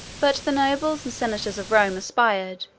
but the nobles and senators of rome aspired,